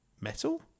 metal